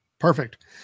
Perfect